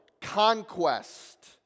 conquest